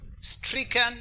stricken